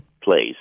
place